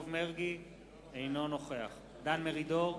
אינו נוכח דן מרידור,